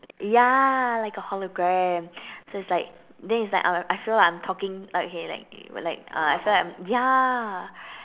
ya like a hologram so it's like then it's like I I feel like i am talking like oh okay like uh like I feel like I'm ya